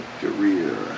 career